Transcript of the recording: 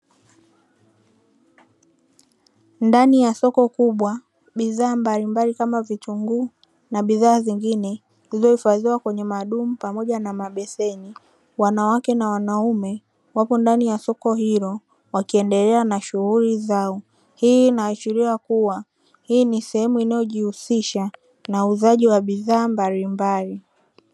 Ndani ya soko kubwa bidhaa mbalimbali kama vitunguu na bidhaa zingine zilizohifadhiwa kwenye madumu pamoja na mabeseni, wanawake na wanaume wapo ndani ya soko hilo wakiendelea na shughuli zao. Hii inaashiria kuwa hii ni sehemu inayojihusisha na uuzaji wa bidhaa mbalimbali.